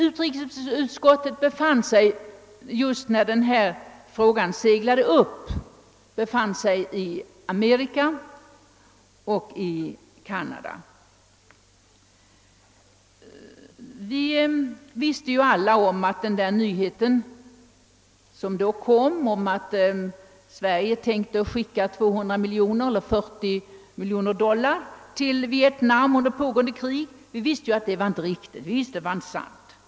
Utrikesutskottet befann sig på resa i Amerika och Canada just när frågan om utrikesministerns Vietnamtal seglade upp. Vi som deltog i resan visste alla att nyheten om att Sverige tänkte skicka 200 miljoner kronor eller 40 miljoner dollar till Vietnam under pågående krig inte var riktig.